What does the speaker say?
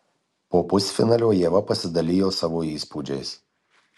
po pusfinalio ieva pasidalijo savo įspūdžiais